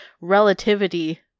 Relativity